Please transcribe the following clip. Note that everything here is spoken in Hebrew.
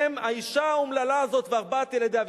האשה האומללה הזאת וארבעת ילדיה,